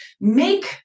make